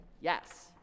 yes